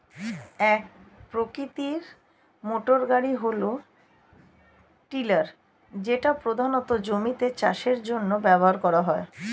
এক প্রকৃতির মোটরগাড়ি হল টিলার যেটা প্রধানত জমিতে চাষের জন্য ব্যবহার করা হয়